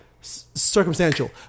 circumstantial